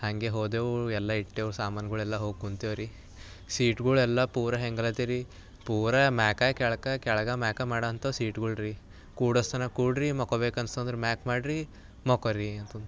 ಹಂಗೆ ಹೋದೆವು ಎಲ್ಲ ಇಟ್ಟೆವು ಸಾಮಾನ್ಗಳೆಲ್ಲ ಹೋಗಿ ಕುಂತೆವು ರೀ ಸೀಟ್ಗಳು ಎಲ್ಲ ಪೂರ ಹೆಂಗ್ಲತೆ ರೀ ಪೂರ ಮ್ಯಾಲ ಕೆಳ್ಗೆ ಕೆಳಗೆ ಮ್ಯಾಲೆ ಮಾಡೊ ಅಂಥ ಸೀಟ್ಗಳು ರೀ ಕೂಡೊಸ್ತನ ಕೂಡ್ರಿ ಮಲ್ಕೊಬೇಕು ಅನಿಸ್ತಂದ್ರೆ ಮ್ಯಾಲೆ ಮಾಡಿರಿ ಮಲ್ಕೊರಿ